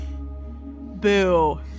Boo